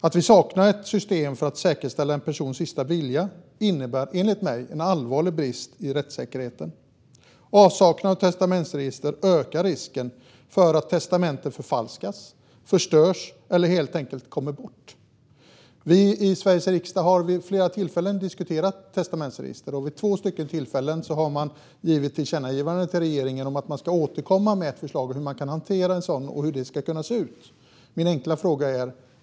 Att det saknas ett system för att säkerställa en persons sista vilja innebär enligt mig en allvarlig brist i rättssäkerheten. Avsaknad av testamentsregister ökar risken för att testamenten förfalskas, förstörs eller helt enkelt kommer bort. Vi i Sveriges riksdag har vid flera tillfällen diskuterat frågan om testamentsregister. Vid två tillfällen har riksdagen tillkännagivit för regeringen om att återkomma med förslag om hantering av ett testamentsregister.